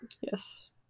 Yes